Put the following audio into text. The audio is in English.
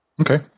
Okay